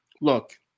look